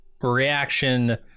reaction